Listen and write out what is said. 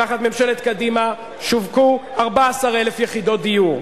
תחת ממשלת קדימה, שווקו 14,000 יחידות דיור.